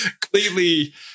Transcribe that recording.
completely